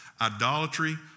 Idolatry